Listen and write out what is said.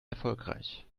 erfolgreich